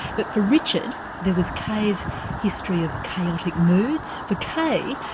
but for richard, there was kay's history of chaotic moods for kay,